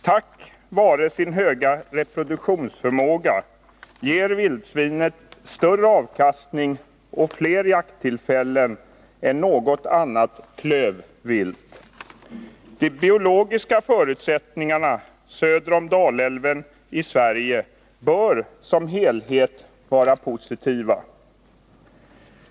Tack vare sin höga reproduktionsförmåga ger vildsvinet större avkastning och fler jakttillfällen än något annat klövvilt. De biologiska förutsättningarna söder om Dalälven i Sverige bör som helhet vara positiva.